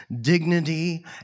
dignity